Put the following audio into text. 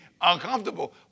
uncomfortable